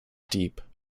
deep